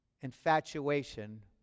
infatuation